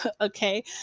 okay